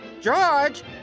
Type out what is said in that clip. George